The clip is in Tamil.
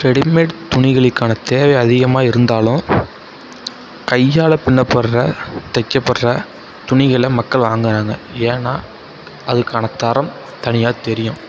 ரெடிமேட் துணிகளுக்கான தேவை அதிகமாக இருந்தாலும் கையால் பின்னப்படுகிற தைக்கப்படுற துணிகளை மக்கள் வாங்குறாங்க ஏன்னால் அதுக்கான தரம் தனியாக தெரியும்